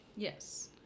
Yes